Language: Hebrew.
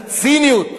הציניות.